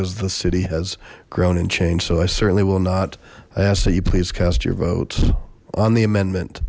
as the city has grown and changed so i certainly will not i ask that you please cast your votes on the amendment